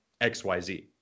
XYZ